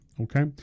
okay